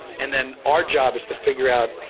and then our job is to figure out,